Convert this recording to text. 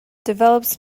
develops